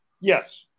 Yes